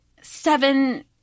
seven